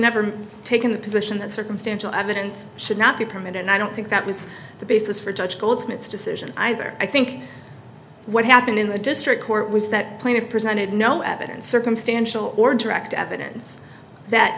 never taken the position that circumstantial evidence should not be permitted and i don't think that was the basis for judge goldsmiths decision either i think what happened in the district court was that plaintiff presented no evidence circumstantial or direct evidence that